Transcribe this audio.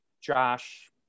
Josh